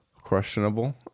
questionable